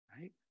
right